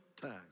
time